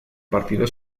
partido